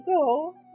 go